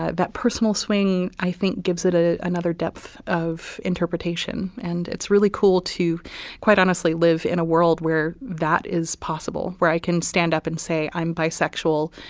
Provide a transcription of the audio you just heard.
ah that personal swing, i think gives it ah another depth of interpretation. and it's really cool to quite honestly, live in a world where that is possible, where i can stand up and say i'm bisexual.